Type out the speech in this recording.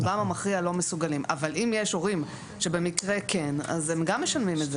אבל אם יש הורים שבמקרה כן, אז הם גם משלמים.